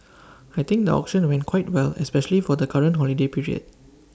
I think the auction went quite well especially for the current holiday period